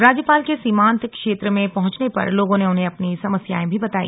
राज्यपाल के सीमांत क्षेत्र में पहुंचने पर लोगों ने उन्हें अपनी समस्याएं भी बताई